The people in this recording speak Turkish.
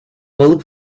balık